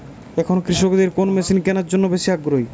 এখন কৃষকদের কোন মেশিন কেনার জন্য বেশি আগ্রহী?